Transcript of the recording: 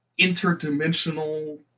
interdimensional